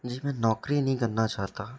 जी मैं नौकरी नहीं करना चाहता